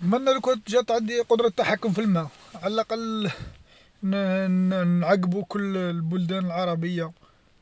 مانا لوكان جات عندي قدره تحكم في الما على الأقل ن-نعقبو كل البلدان العربيه